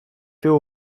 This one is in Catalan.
feu